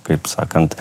kaip sakant